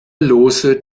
lose